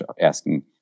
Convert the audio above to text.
asking